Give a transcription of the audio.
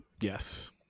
Yes